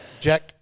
Jack